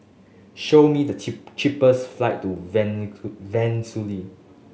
show me the cheap cheapest flight to Venezuela